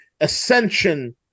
ascension